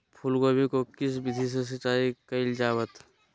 फूलगोभी को किस विधि से सिंचाई कईल जावत हैं?